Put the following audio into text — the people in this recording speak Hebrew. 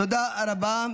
תודה רבה.